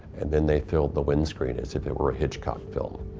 and then they filled the wind screen as if it were a hitchcock film.